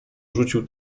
rzucił